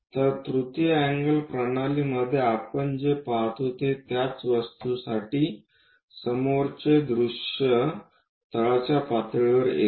तर तृतीय अँगल प्रणालीमध्ये आपण जे पाहतो ते त्याच वस्तूसाठी समोरचे दृश्य तळाच्या पातळीवर येते